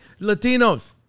Latinos